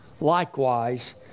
likewise